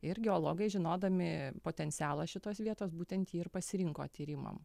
ir geologai žinodami potencialą šitos vietos būtent jį ir pasirinko tyrimam